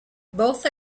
both